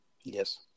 Yes